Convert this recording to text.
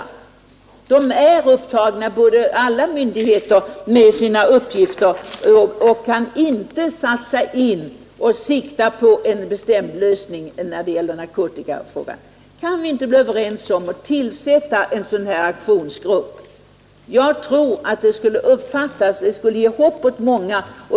Alla myndigheter är upptagna med sina uppgifter och kan inte satsa in här och sikta på en bestämd lösning när det gäller narkotikafrågan. Kan vi inte bli överens om att tillsätta en sådan aktionsgrupp? Jag tror att det skulle ge hopp åt många.